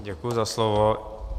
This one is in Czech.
Děkuji za slovo.